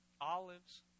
olives